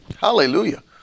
Hallelujah